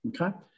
okay